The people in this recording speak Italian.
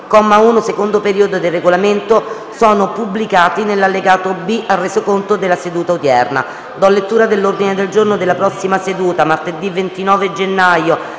comma 1, secondo periodo, del Regolamento sono pubblicati nell'allegato B al Resoconto della seduta odierna. **Ordine del giorno per la seduta di martedì 29 gennaio